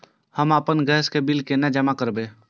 हम आपन गैस के बिल केना जमा करबे?